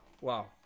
Wow